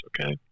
okay